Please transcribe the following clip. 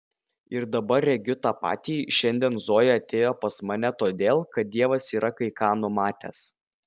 ir dabar regiu tą patį šiandien zoja atėjo pas mane todėl kad dievas yra kai ką numatęs